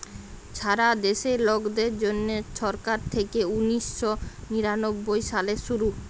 ছারা দ্যাশে লকদের জ্যনহে ছরকার থ্যাইকে উনিশ শ নিরানব্বই সালে শুরু